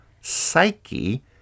psyche